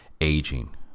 aging